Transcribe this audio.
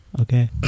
okay